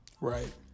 right